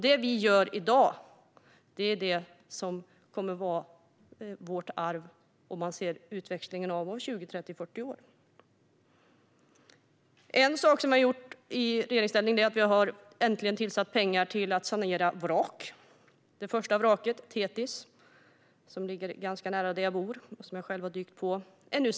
Det vi gör i dag blir alltså vårt arv 20, 30, 40 år framåt i tiden. Något vi har gjort i regeringsställning är att vi äntligen har tillfört pengar till att sanera vrak. Det första vraket som sanerats är Thetis. Det ligger ganska nära där jag bor, och jag har själv dykt på det.